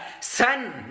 son